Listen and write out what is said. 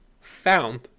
found